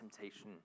temptation